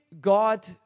God